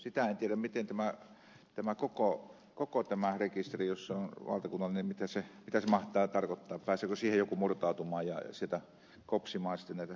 sitä en tiedä mitä tämä koko valtakunnallinen rekisteri jossa on kova nimi tässä pitäisi mahtaa tarkoittaa pääseekö siihen joku murtautumaan ja sieltä kopsimaan sitten näitä sormenjälkiä